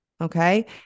okay